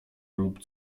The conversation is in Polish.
lub